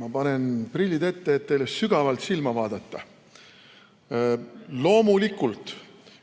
Ma panen prillid ette, et teile sügavalt silma vaadata. Loomulikult